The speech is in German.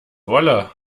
wolle